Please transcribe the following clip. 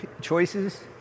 choices